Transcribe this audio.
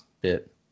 bit